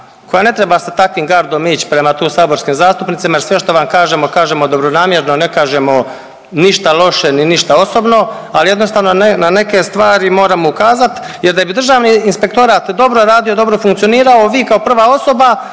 koja ne treba sa takvim gardom ići prema tu saborskim zastupnicima jer sve što vam kažemo kažemo dobronamjerno, ne kažemo ništa loše, ni ništa osobno ali jednostavno na neke stvari moramo ukazati jer da bi Državni inspektorat dobro radio, dobro funkcionirao vi kao prva osoba